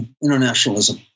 internationalism